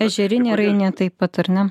ežerinė rainė taip pat ar ne